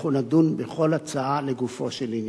ואנחנו נדון בכל הצעה לגופו של עניין.